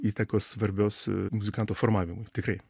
įtakos svarbios muzikanto formavimui tikrai